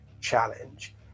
challenge